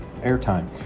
airtime